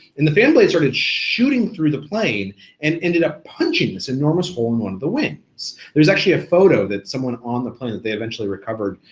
and the fan blade started shooting through the plane and ended up punching this enormous hole in one of the wings. there's actually a photo that someone on the plane that they eventually recovered,